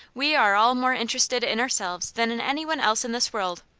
we are all more interested in ourselves than in any one else in this world,